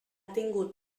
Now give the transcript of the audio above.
tingut